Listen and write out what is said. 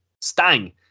Stang